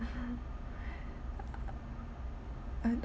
uh and